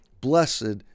Blessed